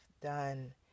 done